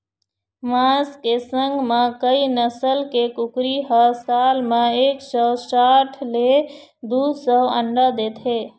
मांस के संग म कइ नसल के कुकरी ह साल म एक सौ साठ ले दू सौ अंडा देथे